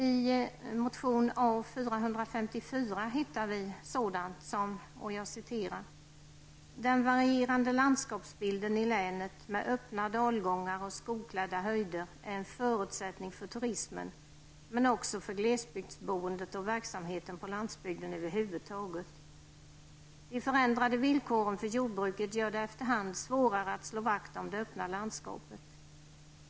I exempelvis motion A454 hittar vi sådant: ''Den varierande landskapsbilden i länet med öppna dalgångar och skogklädda höjder är en förutsättning för turismen men också för glesbygdsboendet och verksamheten på landsbygden över huvud taget. De förändrade villkoren för jordbruket gör det efter hand svårare att slå vakt om det öppna landskapet.